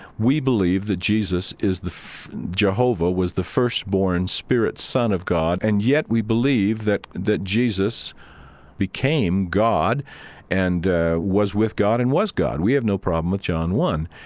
we believe that jesus is the jehovah was the firstborn spirit son of god. and yet, we believe that that jesus became god and was with god and was god. we have no problem with john one.